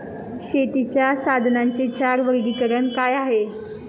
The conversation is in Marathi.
शेतीच्या साधनांचे चार वर्गीकरण काय आहे?